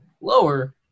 lower